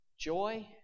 Joy